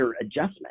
adjustment